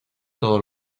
todos